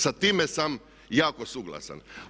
Sa time sam jako suglasan.